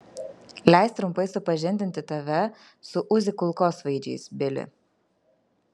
leisk trumpai supažindinti tave su uzi kulkosvaidžiais bili